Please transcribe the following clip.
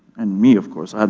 and me of course, and